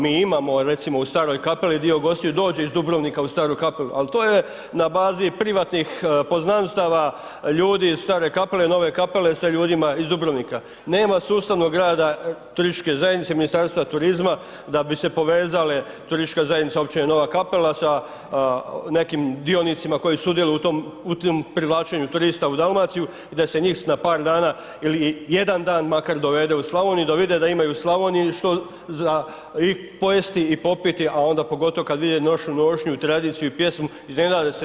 Mi imamo recimo u Staroj Kapeli dio gostiju dođe iz Dubrovnika u Staru Kapelu, ali to je na bazi privatnih poznanstava ljudi iz Stare Kapale, Nove Kapele, sa ljudima iz Dubrovnika, nema sustavnog rada turističke zajednice Ministarstva turizma da bi se povezale turistička zajednica općine Nova Kapela sa nekim dionicima koji sudjeluju u tom privlačenju turista u Dalmaciju i da se njih s na par dana ili jedan dan makar dovede u Slavoniju, da vide da ima i u Slavoniji što za i pojesti i popiti, a onda pogotovo kad vide našu nošnju i tradiciju i pjesmu, iznenade se da to postoji.